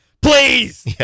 please